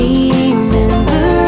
Remember